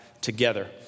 together